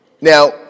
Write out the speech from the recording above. now